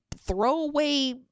throwaway